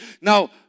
Now